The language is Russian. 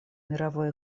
мировой